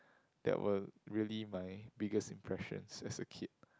that were really my biggest impressions as a kid